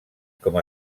com